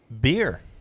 beer